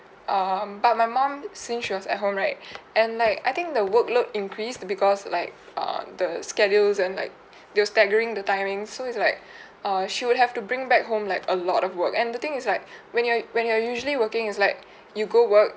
um but my mum since she works at home right and like I think the workload increased the because like err the schedules and like you're staggering the timing so it's like err she would have to bring back home like a lot of work and the thing is like when you when you are usually working is like you go work